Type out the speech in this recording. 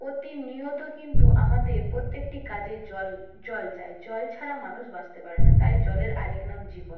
প্রতিনিয়ত কিন্তু আমাদের প্রত্যেকটি কাজে জল জল চাই জল ছাড়া মানুষ বাঁচতে পারে না তাই জলের আরেক নাম জীবন